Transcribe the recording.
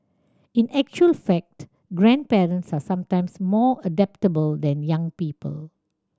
in actual fact grandparents are sometimes more adaptable than young people